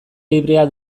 librea